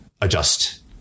adjust